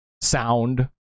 sound